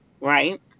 right